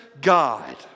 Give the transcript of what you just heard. God